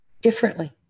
differently